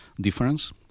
difference